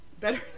better